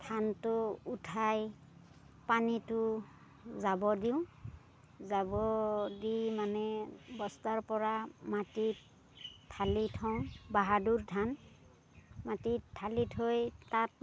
ধানটো উঠাই পানীটো যাব দিওঁ যাব দি মানে বস্তাৰ পৰা মাটিত ঢালি থওঁ বাহাদুৰ ধান মাটিত ঢালি থৈ তাত মানে